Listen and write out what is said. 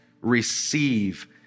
receive